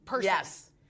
Yes